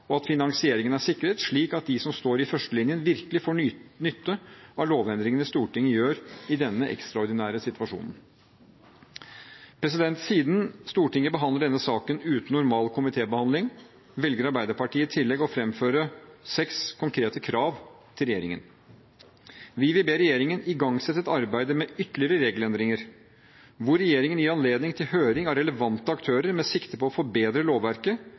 og at finansieringen er sikret, slik at de som står i førstelinjen virkelig får nytte av lovendringene Stortinget fatter i denne ekstraordinære situasjonen. Siden Stortinget behandler denne saken uten normal komitébehandling, velger Arbeiderpartiet i tillegg å fremføre seks konkrete krav til regjeringen: Vi vil be regjeringen igangsette et arbeid med ytterligere regelendringer, hvor regjeringen gir anledning til høring av relevante aktører med sikte på å forbedre lovverket